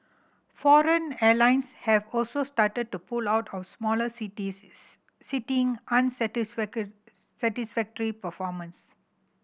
foreign airlines have also started to pull out of smaller cities citing satisfactory performance